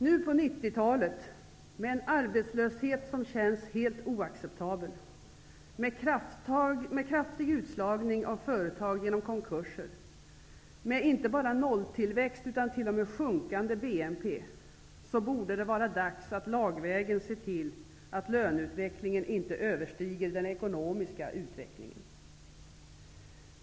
Nu på 90-talet -- i en situation med en arbetslöshet som känns helt oacceptabel, med en kraftig utslagning av företag genom konkurser och med inte bara nolltillväxt utan också t.o.m. en sjunkande BNP -- borde det vara dags att lagvägen se till att löneutvecklingen inte överstiger den ekonomiska utvecklingen.